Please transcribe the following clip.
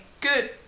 Good